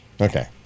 Okay